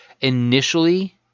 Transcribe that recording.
initially